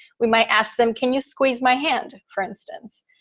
we might ask them, can you squeeze my hand, for instance,